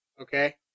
okay